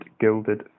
gilded